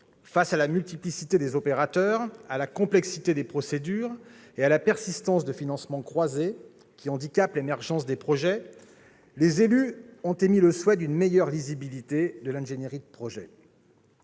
face à la multiplicité des opérateurs, à la complexité des procédures et à la persistance de financements croisés, qui handicapent l'émergence des projets, les élus ont émis le souhait d'une meilleure lisibilité de l'ingénierie de projets.